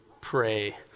pray